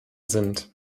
sind